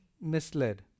misled